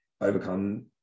overcome